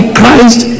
christ